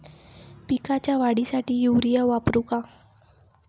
पिकाच्या वाढीसाठी युरिया वापरू का?